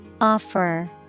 Offer